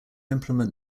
implement